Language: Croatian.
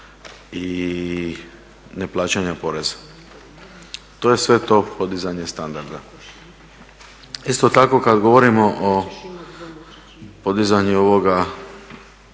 i neplaćanja poreza. To je sve to podizanje standarda. Isto tako kada govorimo o podizanju limita